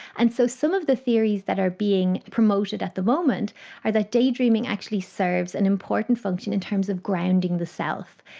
and so some of the theories that are being promoted at the moment are that daydreaming actually serves an important function in terms of grounding the self.